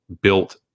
built